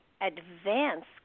advanced